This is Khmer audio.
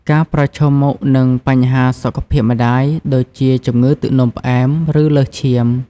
ការប្រឈមមុខនឹងបញ្ហាសុខភាពម្តាយ ដូចជាជំងឺទឹកនោមផ្អែម ឬលើសឈាម ។